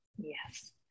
Yes